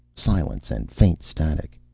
silence, and faint static.